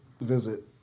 visit